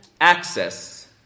access